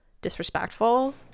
disrespectful